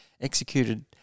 executed